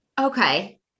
Okay